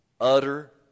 Utter